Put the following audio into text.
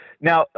Now